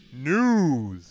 news